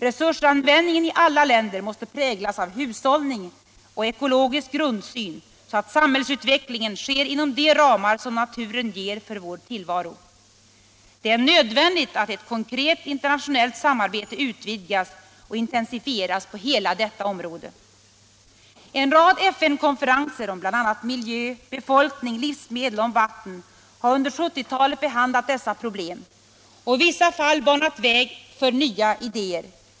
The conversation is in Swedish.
Resursanvändningen i alla länder måste präglas av hushållning och ekologisk grundsyn så att samhällsutvecklingen sker inom de ramar som naturen ger för vår tillvaro. Det är nödvändigt att ett konkret internationellt samarbete utvidgas och intensifieras på hela detta område. En rad FN-konferenser om bl.a. miljö, befolkning, livsmedel och om vatten har under 1970-talet behandlat dessa problem och i vissa fall banat väg för nya idéer.